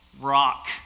rock